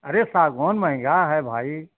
अरे सागौन महंगा है भाई